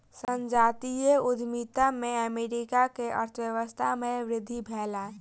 संजातीय उद्यमिता से अमेरिका के अर्थव्यवस्था में वृद्धि भेलै